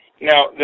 Now